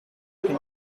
king